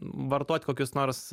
vartot kokius nors